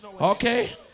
Okay